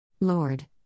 Lord